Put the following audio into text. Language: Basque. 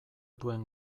duen